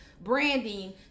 Branding